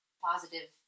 positive